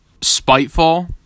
spiteful